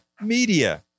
media